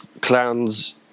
clowns